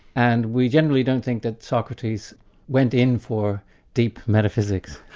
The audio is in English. and we generally don't think that socrates went in for deep metaphysics.